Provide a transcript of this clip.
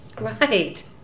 Right